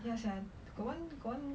ya sia got one got one